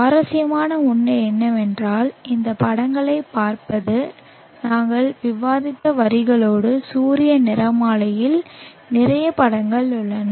சுவாரஸ்யமான ஒன்று என்னவென்றால் இந்த படங்களை பார்ப்பது நாங்கள் விவாதித்த வரிகளோடு சூரிய நிறமாலையில் நிறைய படங்கள் உள்ளன